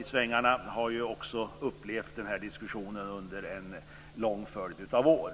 i svängarna några år har också upplevt denna diskussion en lång följd av år.